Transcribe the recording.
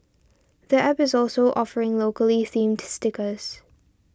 the App is also offering locally themed stickers